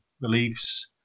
beliefs